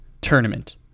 tournament